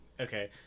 Okay